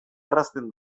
errazten